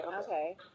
Okay